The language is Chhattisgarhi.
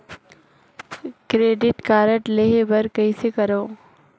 क्रेडिट कारड लेहे बर कइसे करव?